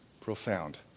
profound